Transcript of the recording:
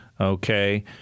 Okay